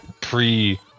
pre-